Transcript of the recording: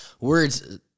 Words